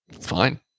fine